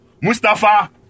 Mustafa